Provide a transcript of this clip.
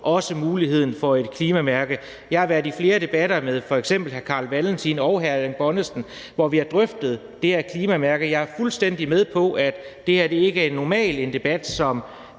muligheden for et klimamærke. Jeg har været i flere debatter med f.eks. hr. Carl Valentin og hr. Erling Bonnesen, hvor vi har drøftet det her klimamærke. Jeg er fuldstændig med på, at det her ikke er en debat,